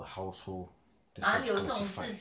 per household just to testify